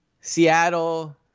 Seattle